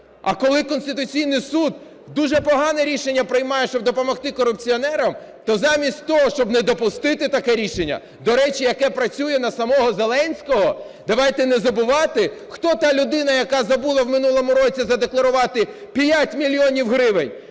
А коли Конституційний Суд дуже погане рішення приймає, щоб допомогти корупціонерам, то замість того, щоб не допустити таке рішення, до речі, яке працює на самого Зеленського… Давайте не забувати, хто та людина, яка забула в минулому році задекларувати 5 мільйонів гривень.